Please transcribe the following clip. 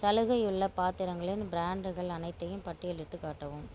சலுகை உள்ள பாத்திரங்களின் பிராண்டுகள் அனைத்தையும் பட்டியலிட்டுக் காட்டவும்